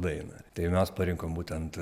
dainą tai mes parinkom būtent